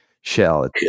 shell